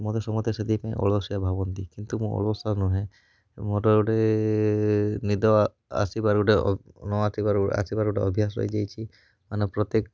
ମୋତେ ସମସ୍ତେ ସେଥିପାଇଁ ଅଳସୁଆ ଭାବନ୍ତି କିନ୍ତୁ ମୁଁ ଅଳସୁଆ ନୁହେଁ ମୋର ଗୋଟେ ନିଦ ଆ ଆସିବାର ଗୋଟେ ଅବ ନ ଆସିବାର ଆସିବାର ଗୋଟେ ଅଭ୍ୟାସ ହୋଇଯାଇଛି ମାନେ ପ୍ରତ୍ୟେକ